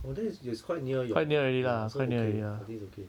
oh then it's it's quite near your ya so okay I think it's okay